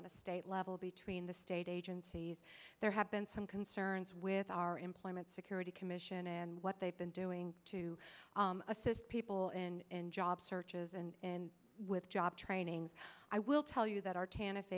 a state level between the state agencies there have been some concerns with our employment security commission and what they've been doing to assist people in job searches and in with job training i will tell you that our can if